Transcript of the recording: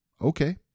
Okay